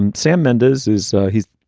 and sam mendez is. he's,